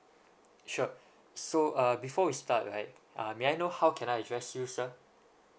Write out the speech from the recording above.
sure so uh before we start right uh may I know how can I address you sir